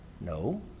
No